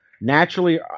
naturally